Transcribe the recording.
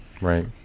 Right